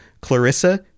Clarissa